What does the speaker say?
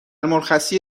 مرخصی